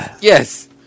Yes